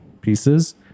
pieces